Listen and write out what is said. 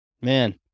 Man